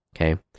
Okay